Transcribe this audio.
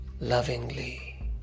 lovingly